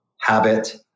habit